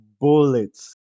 bullets